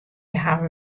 hawwe